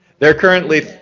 they're currently,